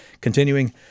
continuing